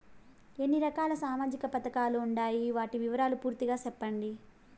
ఎన్ని రకాల సామాజిక పథకాలు ఉండాయి? వాటి వివరాలు పూర్తిగా సెప్పండి?